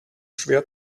schwer